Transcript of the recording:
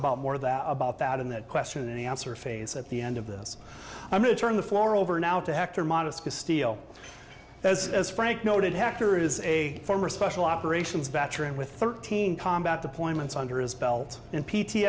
about more of that about that in that question and answer phase at the end of this i'm going to turn the floor over now to hector modest to steal as as frank noted hacker is a former special operations veteran with thirteen combat deployments under his belt and p t